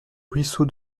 ruisseau